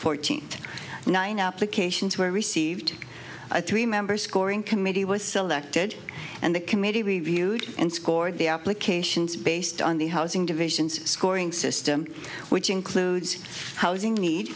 fourteenth nine applications were received a three member scoring committee were selected and the committee reviewed and scored the applications based on the housing divisions scoring system which includes housing need